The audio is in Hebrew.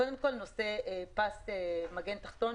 קודם כול, נושא פס המגן התחתון.